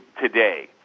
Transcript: today